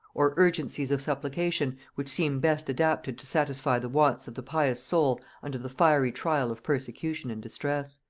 or urgencies of supplication, which seem best adapted to satisfy the wants of the pious soul under the fiery trial of persecution and distress.